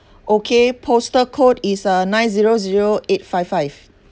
okay postal code is a nine zero zero eight five five